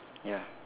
ya